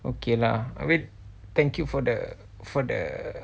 okay lah I mean thank you for the for the